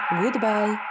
goodbye